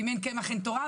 ואם אין קמח אין תורה,